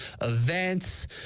events